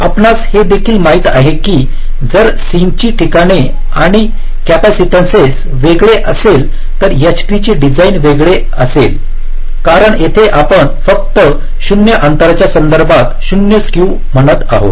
आपणास हे देखील माहित आहे की जर सिंकची ठिकाणे आणि कॅपॅसिटन्सस वेगळी असेल तर H ट्रीचे डिझाइन वेगळे असेल कारण येथे आपण फक्त 0 अंतराच्या संदर्भात 0 स्क्यू म्हणत आहात